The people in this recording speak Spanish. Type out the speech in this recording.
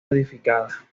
modificada